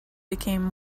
became